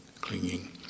clinging